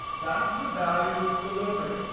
that's the value it's delivering.